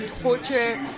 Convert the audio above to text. torture